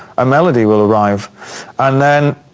a melody will arrive and then